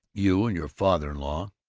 you and your father-in-law,